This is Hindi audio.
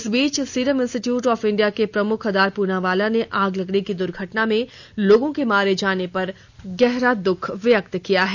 इस बीच सीरम इंस्टीट्यूट ऑफ इंडिया के प्रमुख अडर पुनावाला ने आग लगने की दुर्घटना में लोंगो के मारे जाने पर गहरा दुख व्यक्त किया है